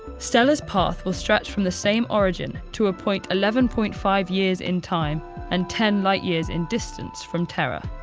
stella's path will stretch from the same origin to a point eleven point five years in time and ten light-years in distance from terra,